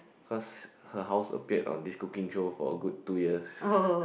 cause her house appeared on this cooking show for a good two years